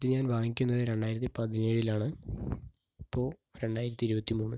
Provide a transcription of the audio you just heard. ഇത് ഞാൻ വാങ്ങിക്കുന്നത് രണ്ടായിരത്തിപ്പതിനേഴിലാണ് ഇപ്പോൾ രണ്ടായിരത്തി ഇരുപത്തി മൂന്ന്